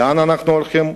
לאן אנחנו הולכים?